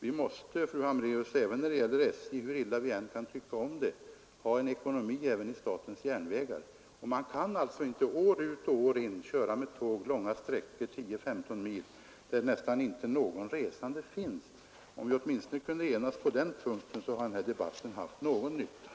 Vi måste, fru Hambraeus — hur illa vi än kan tycka om det — ha en ekonomi även i statens järnvägar. Man kan inte år ut och år in köra med tåg långa sträckor, kanske 10—15 mil, där nästan ingen resande finns. Om vi åtminstone kunde enas på den punkten, har den här debatten ändå varit till någon nytta.